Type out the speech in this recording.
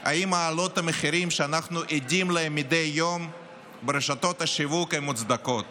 אם העלאות המחירים שאנחנו עדים להם מדי יום ברשתות השיווק מוצדקות